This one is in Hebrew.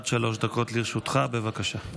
עד שלוש דקות לרשותך, בבקשה.